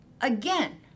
Again